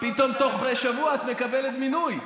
פתאום תוך שבוע את מקבלת מינוי.